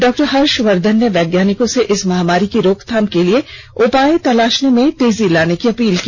doctor Harshvardhan ने वैज्ञानिकों से इस महामारी की रोकथाम के उपाय तलाशने में तेजी लाने की अपील की